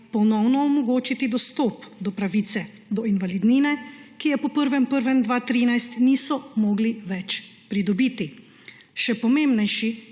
ponovno omogočiti dostop do pravice do invalidnine, ki je po 1. 1. 2013 niso mogli več pridobiti. Še pomembnejši